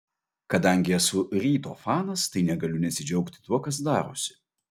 kadangi esu ryto fanas tai negaliu nesidžiaugti tuo kas darosi